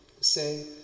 say